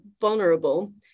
vulnerable